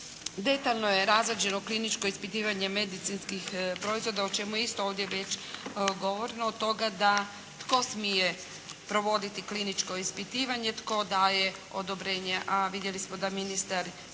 Detaljno je razrađeno kliničko ispitivanje medicinskih proizvoda o čemu je isto ovdje već govoreno od toga da tko smije provoditi kliničko ispitivanje, tko daje odobrenje? A vidjeli smo da ministar